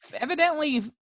evidently